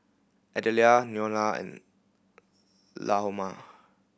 Adelia Neola and Lahoma